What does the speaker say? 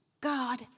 God